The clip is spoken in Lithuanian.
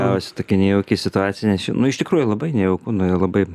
gavosi tokia nejauki situacija nu iš tikrųjų labai nejauku nu ir labai